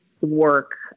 work